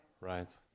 Right